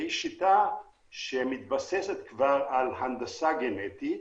שיטה שמתבססת כבר על הנדסה גנטית,